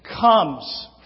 comes